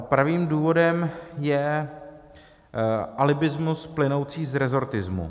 Pravým důvodem je alibismus plynoucí z resortismu.